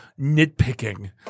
nitpicking